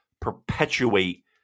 perpetuate